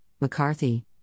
McCarthy